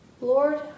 Lord